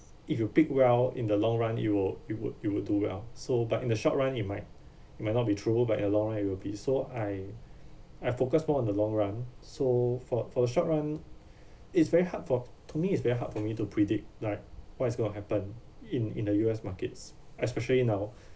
if you pick well in the long run it would you would you would do well so but in the short run it might it might not be true but a long run it will be so I I focus more on the long run so for for a short run it's very hard for to me it's very hard for me to predict like what is going to happen in in the U_S markets especially now